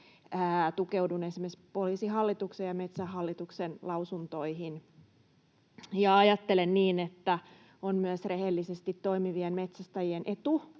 tukeuduin esimerkiksi Poliisihallituksen ja Metsähallituksen lausuntoihin. Ja ajattelen niin, että on myös rehellisesti toimivien metsästäjien etu,